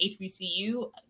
HBCU